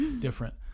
different